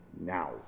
Now